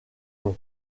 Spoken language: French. nom